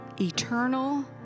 eternal